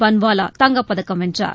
பன்வாலா தங்கப் பதக்கம் வென்றார்